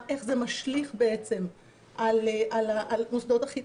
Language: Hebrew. איך זה משליך בעצם על מוסדות החינוך.